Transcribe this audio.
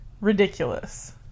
ridiculous